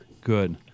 Good